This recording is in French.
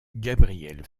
gabriel